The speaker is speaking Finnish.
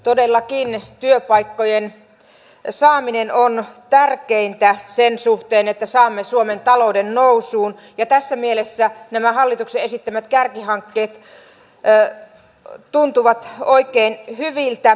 todellakin työpaikkojen saaminen on tärkeintä sen suhteen että saamme suomen talouden nousuun ja tässä mielessä nämä hallituksen esittämät kärkihankkeet tuntuvat oikein hyviltä